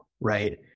right